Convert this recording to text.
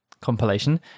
compilation